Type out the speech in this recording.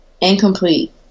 incomplete